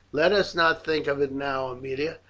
let us not think of it now, aemilia.